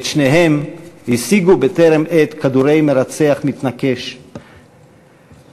את שניהם השיגו בטרם עת כדורי מרצח מתנקש ושירת